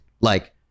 Like-